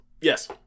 Yes